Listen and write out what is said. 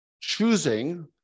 choosing